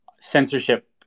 censorship